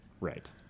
Right